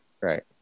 Right